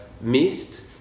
missed